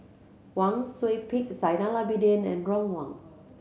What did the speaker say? Wang Sui Pick Zainal Abidin and Ron Wong